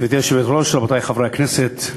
גברתי היושבת-ראש, רבותי חברי הכנסת,